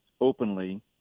openly